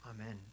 amen